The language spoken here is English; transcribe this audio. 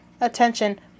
Attention